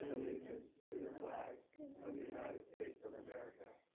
allegiance to the flag of the united states of america.